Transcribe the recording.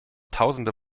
tausende